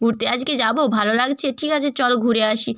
ঘুরতে আজকে যাবো ভালো লাগছে ঠিক আছে চল ঘুরে আসি